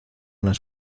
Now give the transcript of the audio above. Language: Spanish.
las